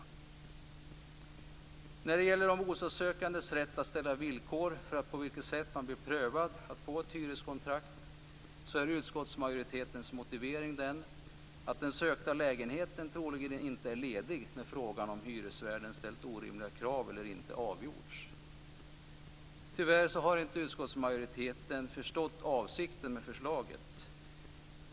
Utskottsmajoritetens motivering till att avvisa de bostadssökandes rätt att ställa villkor i samband med prövningen för att få ett hyreskontrakt är att den sökta lägenheten troligen inte är ledig när frågan om huruvida hyresvärden ställt orimliga krav eller inte avgjorts. Tyvärr har inte utskottsmajoriteten förstått avsikten med förslaget.